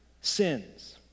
sins